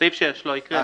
סעיף 4. סעיף 6 לא הקראנו.